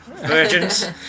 virgins